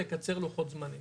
לקצר לוחות זמנים,